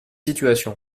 situation